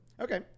Okay